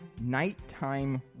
Nighttime